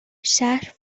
شهر